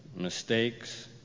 mistakes